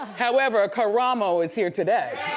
however karamo is here today.